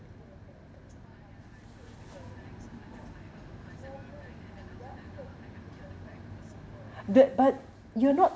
the but you're not